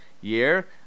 year